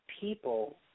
people